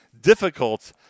difficult